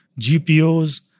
GPOs